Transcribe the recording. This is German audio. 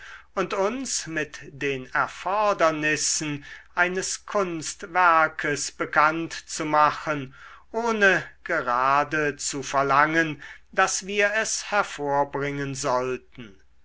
und uns mit den erfordernissen eines kunstwerkes bekannt zu machen ohne gerade zu verlangen daß wir es hervorbringen sollten